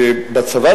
שבצבא,